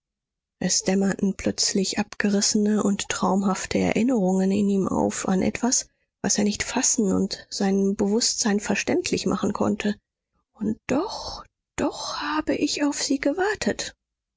es dämmerten plötzlich abgerissene und traumhafte erinnerungen in ihm auf an etwas was er nicht fassen und seinem bewußtsein verständlich machen konnte und doch doch habe ich auf sie gewartet